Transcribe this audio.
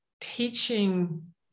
teaching